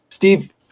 Steve